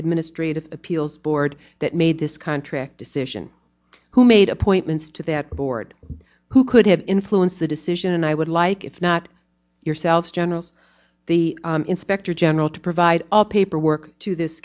administrative appeals board that made this contract decision who made appointments to that board who could have influenced the decision and i would like if not yourself general the inspector general to provide all t